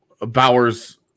Bowers